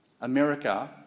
America